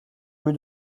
rue